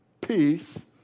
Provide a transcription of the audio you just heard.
peace